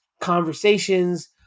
conversations